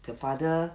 the father